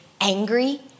angry